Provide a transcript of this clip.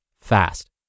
fast